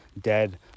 dead